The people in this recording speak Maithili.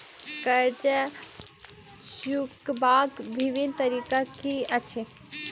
कर्जा चुकबाक बिभिन्न तरीका की अछि?